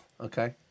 okay